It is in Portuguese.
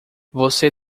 você